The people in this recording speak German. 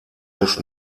des